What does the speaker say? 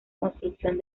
construcción